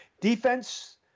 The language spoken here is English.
Defense